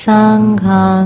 Sangha